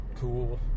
cool